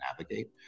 navigate